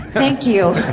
thank you.